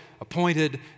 appointed